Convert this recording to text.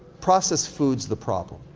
processed food is the problem.